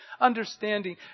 Understanding